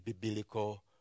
biblical